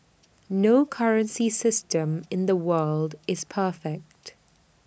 no currency system in the world is perfect